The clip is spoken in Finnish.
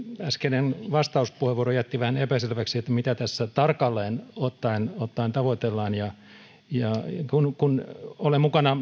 äskeinen vastauspuheenvuoro jätti vähän epäselväksi mitä tässä tarkalleen ottaen ottaen tavoitellaan kun kun olen mukana